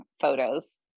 photos